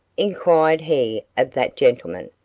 inquired he of that gentleman,